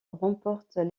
remportent